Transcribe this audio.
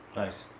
nice,